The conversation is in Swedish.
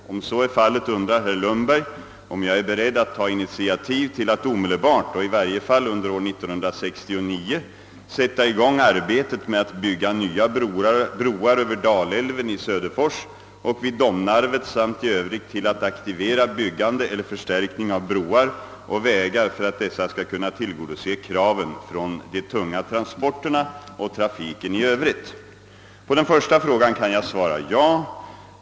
Därest så är fallet undrar herr Lundberg, om jag är beredd att ta initiativ till att omedelbart, och i varje fall under år 1969, sätta i gång arbetet med att bygga nya broar över Dalälven i Söderfors och vid Domnarvet samt i övrigt till att aktivera byggande eller förstärkning av broar och vägar för att dessa skall kunna tillgodose kraven från de tunga transporterna och trafiken i övrigt. På den första frågan kan jag svara ja.